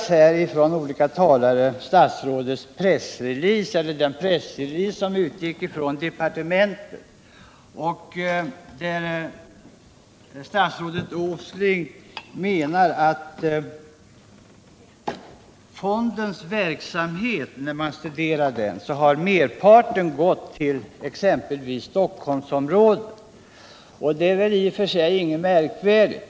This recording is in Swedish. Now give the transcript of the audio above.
Statsrådets pressrelease som utgick från departementet har refererats från olika håll. Statsrådet Åsling menar att av fondens insatser har merparten gått till Stockholmsområdet. Det är väl i och för sig inte märkvärdigt.